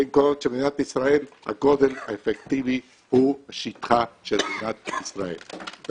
כשבמדינת ישראל הגודל האפקטיבי הוא שטחה של מדינת ישראל.